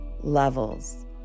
levels